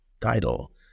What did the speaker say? title